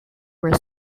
were